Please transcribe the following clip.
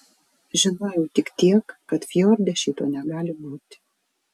žinojau tik tiek kad fjorde šito negali būti